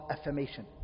affirmation